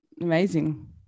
Amazing